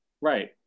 Right